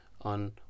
on